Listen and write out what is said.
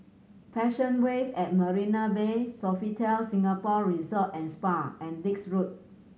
Passion Wave at Marina Bay Sofitel Singapore Resort and Spa and Dix Road